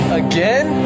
again